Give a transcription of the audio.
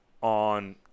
on –